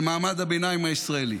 על מעמד הביניים הישראלי,